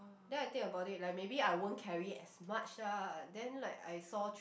then I think about it like maybe I won't carry as much ah then like I saw